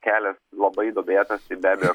kelias labai duobėtas i be abejo